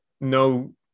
no